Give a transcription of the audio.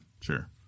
Sure